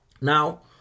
now